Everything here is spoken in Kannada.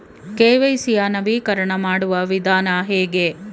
ಕೆ.ವೈ.ಸಿ ಯ ನವೀಕರಣ ಮಾಡುವ ವಿಧಾನ ಹೇಗೆ?